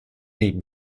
neben